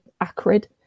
acrid